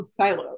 siloed